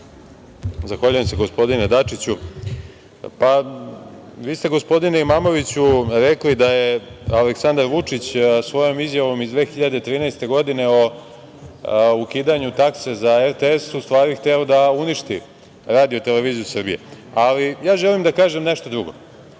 Zahvaljujem se gospodine Dačiću. Vi ste gospodine Imamoviću rekli da je Aleksandar Vučić svojom izjavom iz 2013. godine o ukidanju takse za RTS u stvari hteo da uništi RTS. Želim da kažem nešto drugo.